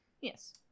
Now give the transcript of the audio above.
Yes